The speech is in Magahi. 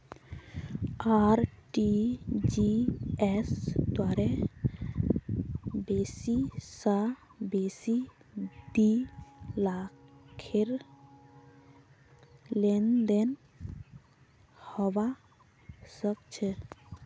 आर.टी.जी.एस द्वारे बेसी स बेसी दी लाखेर लेनदेन हबा सख छ